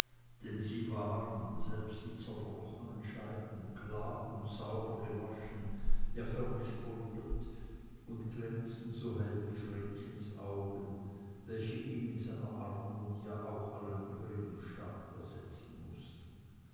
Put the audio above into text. denn sie waren selbst die zerbrochenen scheiben klar und sauber gewaschen ja förmlich poliert und glänzten so hell wie vrenchens augen welche ihm in seiner armut ja auch allen übrigen staat ersetzen mußten